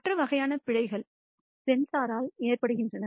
மற்ற வகையான பிழைகள் சென்சாரால் ஏற்படுகின்றன